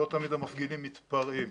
לא תמיד המפגינים מתפרעים,